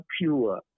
pure